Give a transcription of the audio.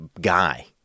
guy